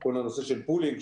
כל הנושא של פולינג,